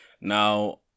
Now